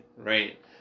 right